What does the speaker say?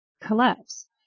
collapse